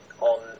on